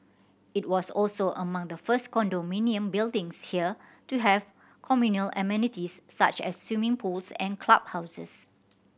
it was also among the first condominium buildings here to have communal amenities such as swimming pools and clubhouses